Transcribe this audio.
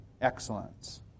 excellence